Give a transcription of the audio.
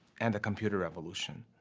and the computer revolution.